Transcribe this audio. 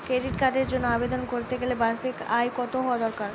Credit কার্ডের জন্য আবেদন করতে গেলে বার্ষিক আয় কত হওয়া দরকার?